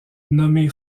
nommé